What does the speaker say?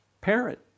parent